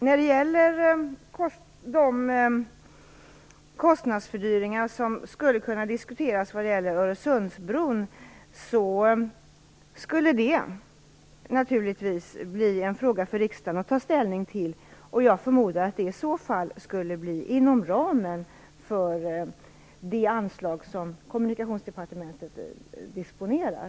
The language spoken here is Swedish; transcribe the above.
De eventuella kostnadsfördyringarna för Öresundsbron skulle naturligtvis bli en fråga för riksdagen att ta ställning till, och jag förmodar att det i så fall skulle bli inom ramen för det anslag som Kommunikationsdepartementet disponerar.